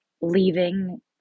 leaving